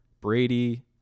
Brady